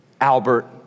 Albert